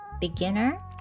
beginner